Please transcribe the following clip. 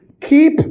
keep